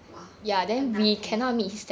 !wah! 很难 leh